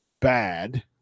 bad